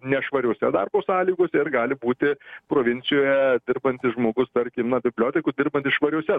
nešvariose darbo sąlygose ir gali būti provincijoje dirbantis žmogus tarkim na bibliotekoj dirbantis švariose